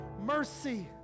mercy